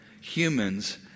humans